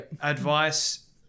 Advice